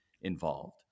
Involved